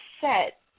set